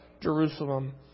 Jerusalem